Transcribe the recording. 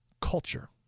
culture